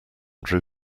drew